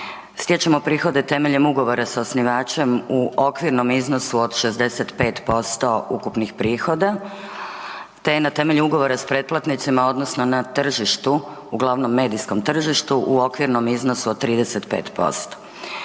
Stječemo prihode temeljem ugovora sa osnivačem u okvirnom iznosu od 65% ukupnih prihoda te na temelju ugovora sa pretplatnicima odnosno na tržištu, uglavnom medijskom tržištu, u okvirom iznosu od 35%.